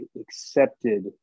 accepted